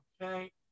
Okay